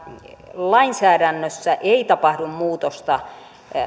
lainsäädännössä ei tapahdu muutosta